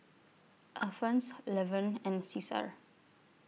Alphons Levern and Ceasar